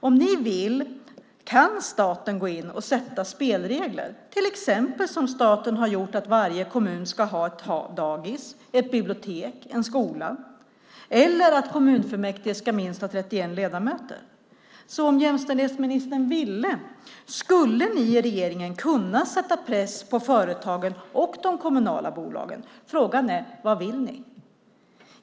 Om ni vill kan staten gå in och fastställa spelregler, till exempel som staten har gjort att varje kommun ska ha ett dagis, ett bibliotek, en skola eller att kommunfullmäktige ska ha minst 31 ledamöter. Så om jämställdhetsministern ville skulle ni i regeringen kunna sätta press på företagen och de kommunala bolagen. Frågan är: Vad vill ni?